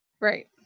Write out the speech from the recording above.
right